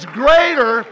greater